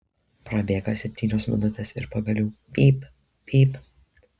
prabėga septynios minutės ir pagaliau pyp pyp